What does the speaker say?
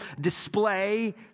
display